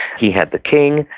he had the king,